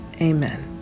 Amen